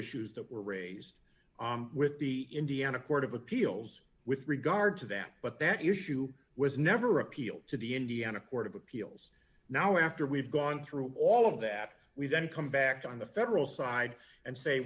issues that were raised with the indiana court of appeals with regard to that but that issue was never appealed to the indiana court of appeals now after we've gone through all of that we then come back on the federal side and say